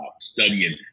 studying